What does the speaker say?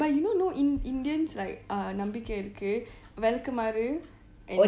but you know no in~ indians like ah நம்பிகை இருக்கு வெளக்கமாரு :nampikkai iruku velakamaru and